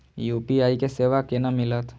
UPI के सेवा केना मिलत?